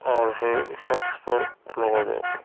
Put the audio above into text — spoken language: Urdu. آ رہے شخص پر لگا جا کے